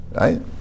Right